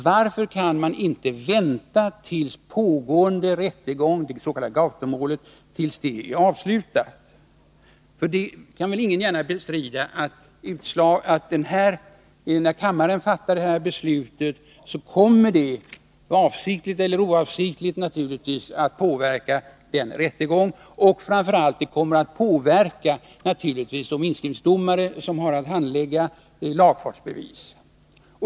Varför kan man inte vänta tills pågående rättegång, det s.k. Gautomålet, är avslutad? Ingen kan väl bestrida att det i den här kammaren fattade beslutet naturligtvis, avsiktligt eller oavsiktligt, kommer att påverka den rättegången. Framför allt kommer det att påverka de inskrivningsdomare som har att handlägga lagfartsbevis.